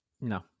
No